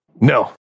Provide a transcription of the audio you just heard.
No